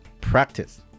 practice